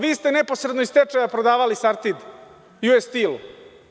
Vi ste neposredno iz stečaja prodavali Sartid, „US Stell“